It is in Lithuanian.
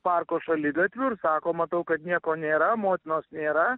parko šaligatviu ir sako matau kad nieko nėra motinos nėra